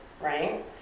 right